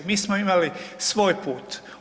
Mi smo imali svoj put.